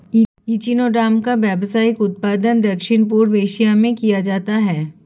echinoderm का व्यावसायिक उत्पादन दक्षिण पूर्व एशिया में किया जाता है